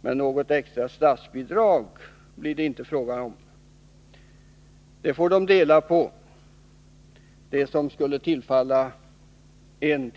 Men något extra statsbidrag blir det inte fråga om. De får dela på det som skulle ha tillfallit en.